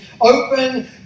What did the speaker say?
Open